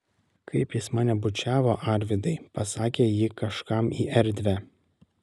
kaip jis mane bučiavo arvydai pasakė ji kažkam į erdvę